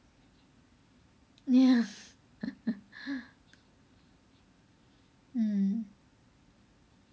ya mm